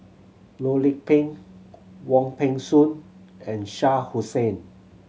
Loh Lik Peng Wong Peng Soon and Shah Hussain